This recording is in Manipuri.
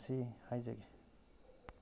ꯃꯁꯤ ꯍꯥꯏꯖꯒꯦ